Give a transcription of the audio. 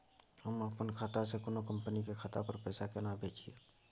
हम अपन खाता से कोनो कंपनी के खाता पर पैसा केना भेजिए?